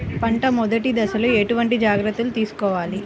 పంట మెదటి దశలో ఎటువంటి జాగ్రత్తలు తీసుకోవాలి?